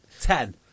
Ten